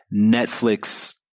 Netflix